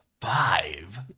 Five